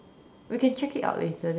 we can check it out later then